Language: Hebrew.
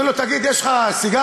אומרים לו: תגיד, יש לך סיגריה?